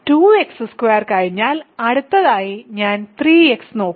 2x2 കഴിഞ്ഞാൽ അടുത്തതായി ഞാൻ 3x നോക്കും